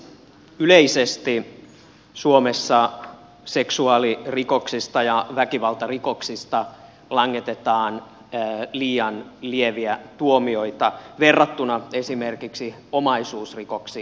yleisesti suomessa seksuaalirikoksista ja väkivaltarikoksista langetetaan liian lieviä tuomioita verrattuna esimerkiksi omaisuusrikoksiin